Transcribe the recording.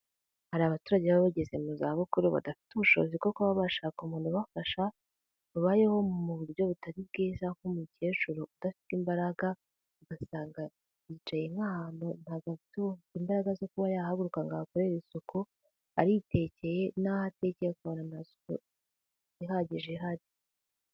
Hari abaturage baba bageze mu za bukuru badafite ubushobozi bwo kuba bashaka umuntu ubafasha babayeho mu buryo butari bwiza, nk'umukecuru udafite imbaraga ugasanga yicaye nk'ahantu ntago afite imbaraga zo kuba yahaguruka ngo akorere isuku aritekeye n'aho atekeye uhasanga n'aho ntasuku ihari.